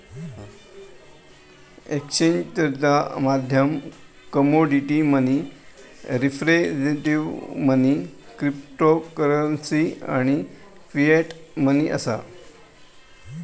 एक्सचेंजचा माध्यम commodity money, representative money, cryptocurrency आणि फिएट मनी असा